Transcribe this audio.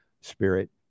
spirit